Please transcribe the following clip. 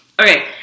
Okay